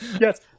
Yes